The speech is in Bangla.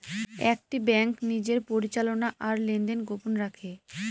একটি ব্যাঙ্ক নিজের পরিচালনা আর লেনদেন গোপন রাখে